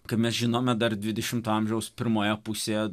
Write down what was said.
ką mes žinome dar dvidešimto amžiaus pirmoje pusėje